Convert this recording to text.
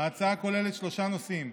ההצעה כוללת שלושה נושאים,